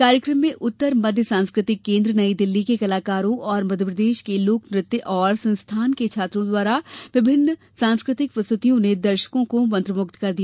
कार्यक्रम में उत्तर मध्य सांस्कृतिक केन्द्र नईदिल्ली के कलाकारों और मध्यप्रदेश के लोक नृत्य एवं संस्थान के छात्रों द्वारा विभिन्न सांस्कृतिक प्रस्तुतियों ने दर्शको को मंत्रमुग्घ कर दिया